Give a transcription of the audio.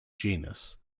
genus